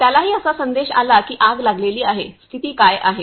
त्यालाही असा संदेश आला की आग लागलेली आहे स्थिती काय आहे